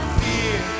fear